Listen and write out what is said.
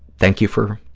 thank you for,